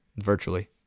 virtually